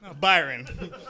Byron